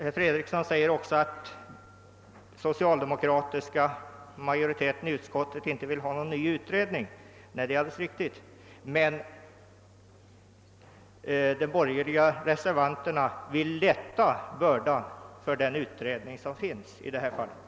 Herr Fredriksson sade också att den socialdemokratiska majoriteten i utskottet inte vill ha en ny utredning, och det är alldeles riktigt. Men de borgerliga reservanterna vill gå ännu längre och lätta bördan för den utredning som redan arbetar med dessa frågor.